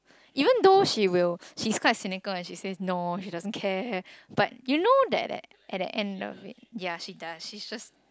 even though she will she's quite cynical and she says no she doesn't care but you know that at the end of it ya she does she's just